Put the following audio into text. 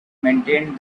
maintained